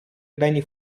beni